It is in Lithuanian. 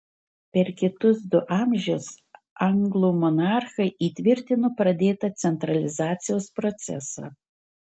per kitus du amžius anglų monarchai įtvirtino pradėtą centralizacijos procesą